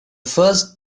first